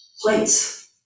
plates